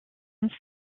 and